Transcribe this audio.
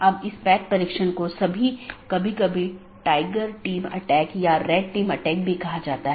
इसलिए इसमें केवल स्थानीय ट्रैफ़िक होता है कोई ट्रांज़िट ट्रैफ़िक नहीं है